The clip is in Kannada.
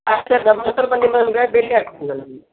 ಆಯ್ತು ಸರ್ ನಾನು ಒಂದು ಸಲ ಬಂದು ನಿಮ್ಮನ್ನು ಭೇಟಿಯಾಗ್ತೀನಿ ನಾನು